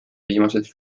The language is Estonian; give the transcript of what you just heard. viimased